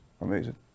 amazing